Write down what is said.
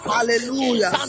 Hallelujah